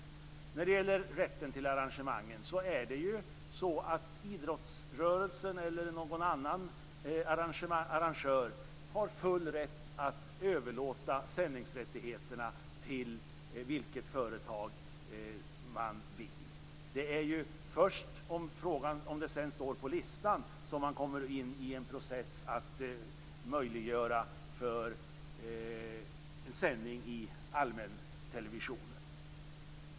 När det gäller rätten till arrangemangen är det ju så att idrottsrörelsen eller någon annan arrangör har full rätt att överlåta sändningsrättigheterna till vilket företag man vill. Det är först om arrangemanget sedan står på listan som man kommer in i en process för att möjliggöra sändning i allmäntelevisionen.